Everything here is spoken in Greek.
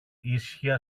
ίσια